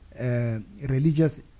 religious